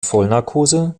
vollnarkose